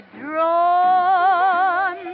drawn